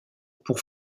pour